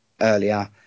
earlier